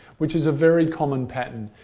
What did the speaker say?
which is a very common pattern.